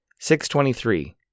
623